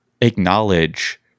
acknowledge